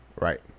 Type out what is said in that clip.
Right